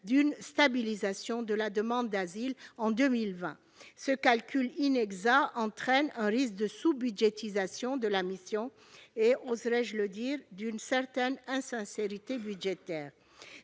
d'une stabilisation de la demande d'asile en 2020. Ce calcul inexact entraîne un risque de sous-budgétisation de la mission et, oserais-je dire, une insincérité budgétaire.